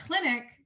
clinic